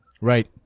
Right